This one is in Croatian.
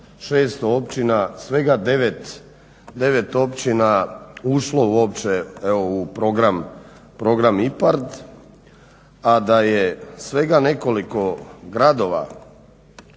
600 općina svega 9 općina ušlo uopće u program IPARD, a da je svega nekoliko gradova,